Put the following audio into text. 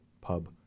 Pub